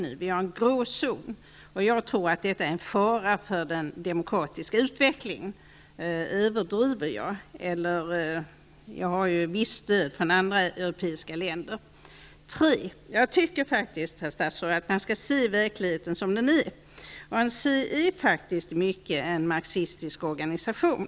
Det finns en grå zon, som jag tror utgör en fara för den demokratsika utvecklingen. Överdriver jag? Jag stöder mig ju på vissa andra europeiska länder. För det tredje: Jag tycker, herr statsråd, att man skall se verkligheten så som den är. ANC är mycket av en marxistisk organisation.